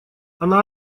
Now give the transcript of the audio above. она